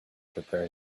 prepare